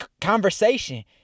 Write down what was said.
conversation